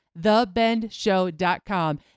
thebendshow.com